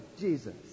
Jesus